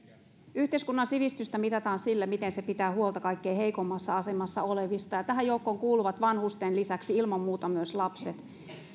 yhteiskunnan sivistystä mitataan sillä miten se pitää huolta kaikkein heikoimmassa asemassa olevista ja tähän joukkoon kuuluvat vanhusten lisäksi ilman muuta myös lapset